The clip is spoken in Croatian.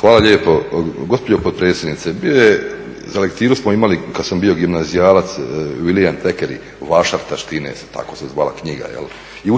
Hvala lijepo. Gospođo potpredsjednice, bio je, za lektiru smo imali kad sam bio gimnazijalac Viliem Tekerik: "Vašar taštine" tako se zvala knjiga. I